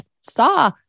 saw